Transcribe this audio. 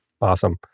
Awesome